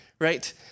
right